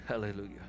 hallelujah